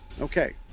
Okay